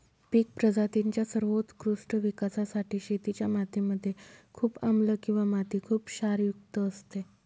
पिक प्रजातींच्या सर्वोत्कृष्ट विकासासाठी शेतीच्या माती मध्ये खूप आम्लं किंवा माती खुप क्षारयुक्त असते